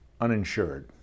uninsured